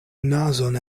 nazon